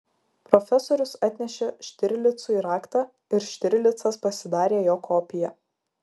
profesorius atnešė štirlicui raktą ir štirlicas pasidarė jo kopiją